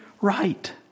right